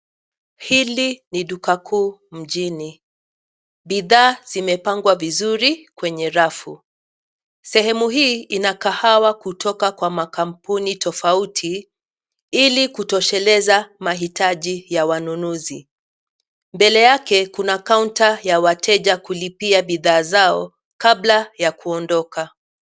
Hili ni duka kuu mjini. Bidhaa zimepangwa vizuri kwenye rafu. Sehemu hii ina kahawa kutoka kwa makampuni tofauti, ili kutosheleza mahitaji ya wanunuzi. Mbele yake kuna kaunta ya wateja kulipia bidhaa zao, kabla ya kuondoka .